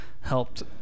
helped